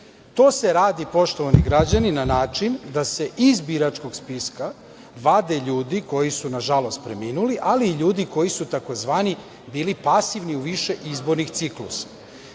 se radi, poštovani građani, na način da se iz biračkog spiska vade ljudi koji su nažalost preminuli, ali i ljudi koji su bili "pasivni" u više izbornih ciklusa.